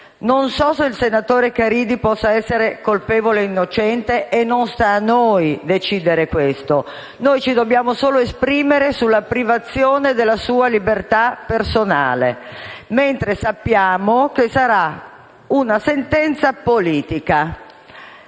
Non so se il senatore Caridi possa essere colpevole o innocente e non sta a noi decidere questo. Noi ci dobbiamo solo esprimere sulla privazione della sua libertà personale, mentre sappiamo che sarà una sentenza politica.